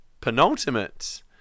penultimate